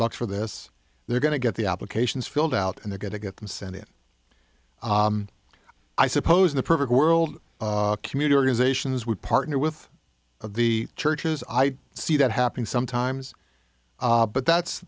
bucks for this they're going to get the applications filled out and they're going to get the senate i suppose the perfect world commuter organizations would partner with the churches i see that happening sometimes but that's